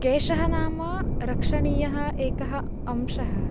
केशः नाम रक्षणीयः एकः अंशः